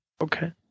Okay